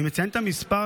אני מציין את המספר,